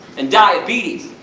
and diabetes,